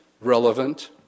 relevant